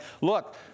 look